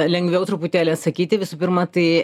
lengviau truputėlį atsakyti visų pirma tai